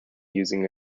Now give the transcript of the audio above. using